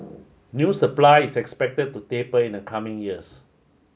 new supply is expected to taper in the coming years